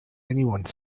anyone